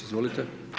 Izvolite.